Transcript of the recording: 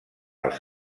els